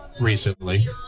recently